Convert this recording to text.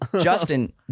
Justin